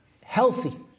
healthy